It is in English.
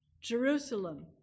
Jerusalem